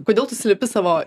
kodėl tu slepi savo